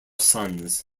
sons